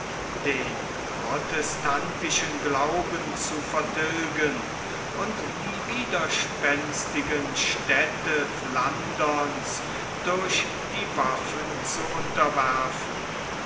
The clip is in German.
den protestantischen glauben zu vertilgen und die widerspänstigen städte flanderns durch die waffen zu unterwerfen